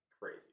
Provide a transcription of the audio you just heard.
crazy